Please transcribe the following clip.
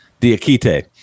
Diakite